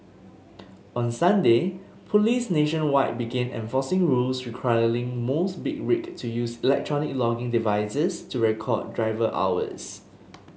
on Sunday police nationwide began enforcing rules requiring most big rig to use electronic logging devices to record driver hours